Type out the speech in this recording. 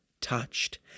touched